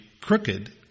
crooked